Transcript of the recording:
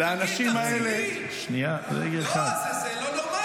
רגע, רגע.